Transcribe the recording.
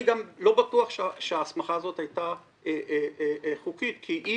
אני גם לא בטוח שההסמכה הזאת היתה חוקית כי אי